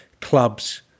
clubs